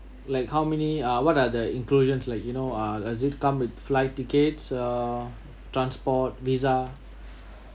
like how many ah what are the inclusions like you know ah is it come with flight tickets uh transport visa